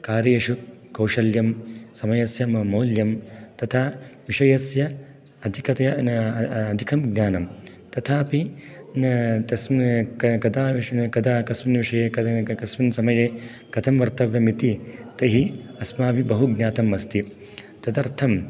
कार्येषु कौशल्यं समयस्य मौल्यं तथा विषयस्य अधिकतया अधिकं ज्ञानं तथा अपि कदा न कदा कस्मिन् विषये कस्मिन् समये कथं वक्तव्यम् इति तैः अस्माभिः बहुज्ञातम् अस्ति तदर्थं